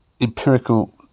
empirical